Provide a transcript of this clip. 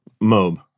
mob